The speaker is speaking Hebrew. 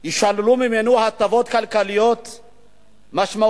יישללו ממנו הטבות כלכליות משמעותיות,